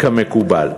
כמקובל.